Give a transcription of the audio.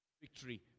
victory